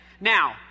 Now